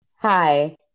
Hi